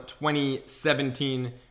2017